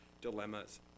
dilemmas